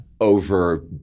over